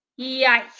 Yikes